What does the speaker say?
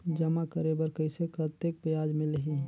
जमा करे बर कइसे कतेक ब्याज मिलही?